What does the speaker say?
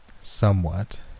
somewhat